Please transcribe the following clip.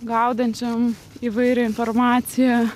gaudančiam įvairią informacija